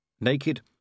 Naked